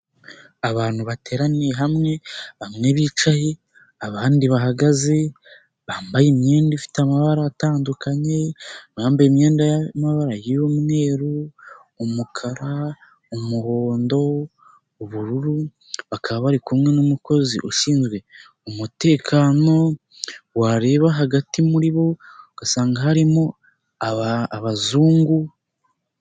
Abantu bateraniye hamwe bamwe bicaye abandi bahagaze bambaye imyenda ifite amabara atandukanye, bambaye imyenda y'amabara y'umweru, umukara, umuhondo, ubururu, bakaba bari kumwe n'umukozi ushinzwe umutekano, wareba hagati muri bo ugasanga harimo abazungu.